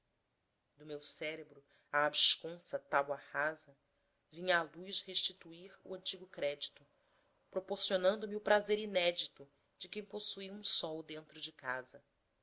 do meu cérebro à absconsa tábua rasa vinha a luz restituir o antigo crédito proporcionando-me o prazer inédito de quem possui um sol dentro de casa